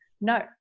No